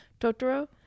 Totoro